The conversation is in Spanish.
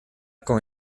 con